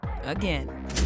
again